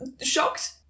shocked